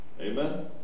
amen